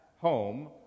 home